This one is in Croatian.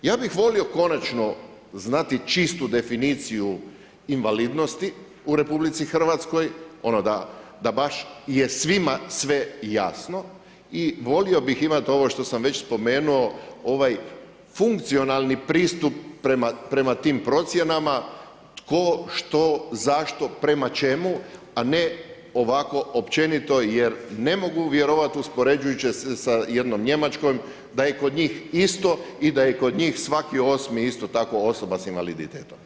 Ja bih volio konačno znati čistu definiciju invalidnosti u RH, ono da baš je svima sve jasno i volio bih imat ovo što sam već spomenuo, ovaj funkcionalni pristup prema tim procjenama tko, što, zašto, prema čemu, a ne ovako općenito jer ne mogu vjerovati uspoređujući se sa jednom Njemačkom da je kod njih isto i da je kod njih svaki osmi isto tako osoba s invaliditetom.